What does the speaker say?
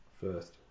First